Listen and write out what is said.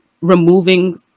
removing